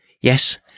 Yes